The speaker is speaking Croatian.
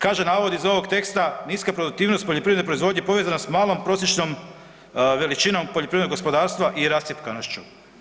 Kaže navod iz ovog teksta, niska produktivnost poljoprivredne proizvodnje povezana s malom prosječnom veličinom poljoprivrednog gospodarstva i rascjepkanošću.